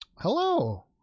hello